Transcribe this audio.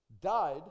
died